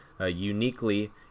uniquely